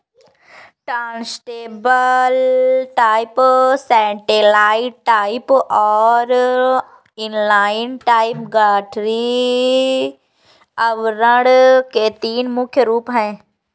turntable type, satellite type और inline type गठरी आवरण के तीन मुख्य रूप है